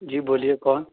جی بولیے کون